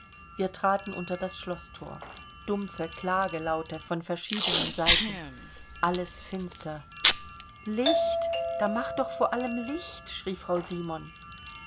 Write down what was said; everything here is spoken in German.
wir traten unter das schloßthor dumpfe klagelaute von verschiedenen seiten alles finster licht da macht doch vor allem licht schrie frau simon